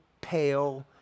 pale